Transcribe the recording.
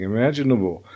Imaginable